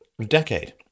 decade